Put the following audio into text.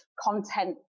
content